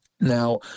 Now